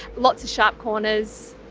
lots of sharp corners.